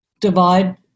divide